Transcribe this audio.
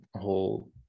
whole